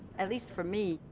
at least for me,